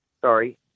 sorry